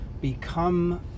become